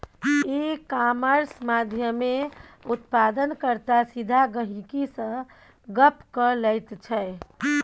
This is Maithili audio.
इ कामर्स माध्यमेँ उत्पादन कर्ता सीधा गहिंकी सँ गप्प क लैत छै